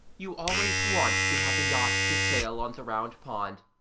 you always want to have a yacht to sail on the round pond,